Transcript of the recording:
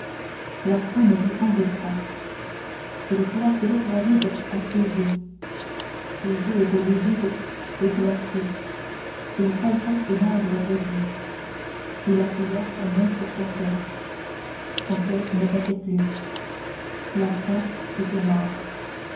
l'enfant ne répondait point il colla ses lèvres avides à ses joues ses joues étaient livides et glacées il palpa ses membres raidis il appuya sa main sur son coeur son coeur ne battait plus l'enfant était mort